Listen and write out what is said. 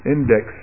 index